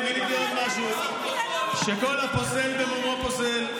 כל הפוסל, במומו פוסל.